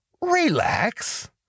relax